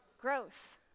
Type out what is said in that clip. Growth